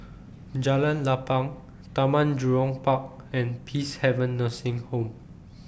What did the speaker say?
Jalan Lapang Taman Jurong Park and Peacehaven Nursing Home